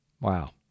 Wow